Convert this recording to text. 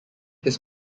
his